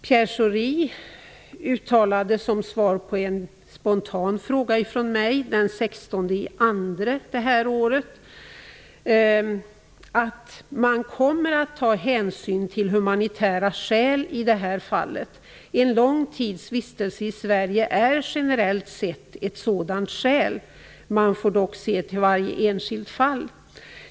Pierre Schori uttalade som svar på en spontan fråga från mig den 16 februari detta år: "Man kommer att ta hänsyn till humanitära skäl i det här fallet. En lång tids vistelse i Sverige är generellt sett ett sådant skäl. Man får dock se till varje enskilt fall."